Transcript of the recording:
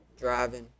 driving